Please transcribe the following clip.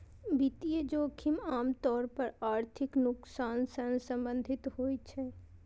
वित्तीय जोखिम आम तौर पर आर्थिक नुकसान सं संबंधित होइ छै